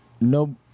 No